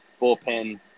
bullpen